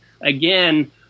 Again